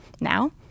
Now